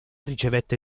ricevette